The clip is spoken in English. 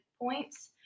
points